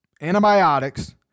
antibiotics